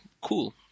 cool